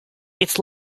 its